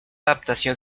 adaptación